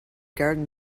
garden